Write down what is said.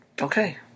Okay